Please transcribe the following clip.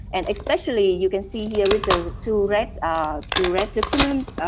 and especially, you can see here with the two red ah two red documents,